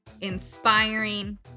inspiring